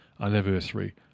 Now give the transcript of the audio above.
anniversary